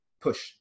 Push